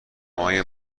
مایه